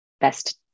best